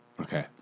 Okay